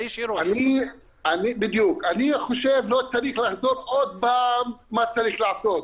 אני חושב לא צריך לעשות עוד פעם מה צריך לעשות.